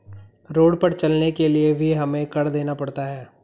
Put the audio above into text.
road पर चलने के लिए भी हमें कर देना पड़ता है